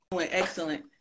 excellent